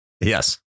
Yes